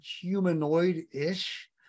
humanoid-ish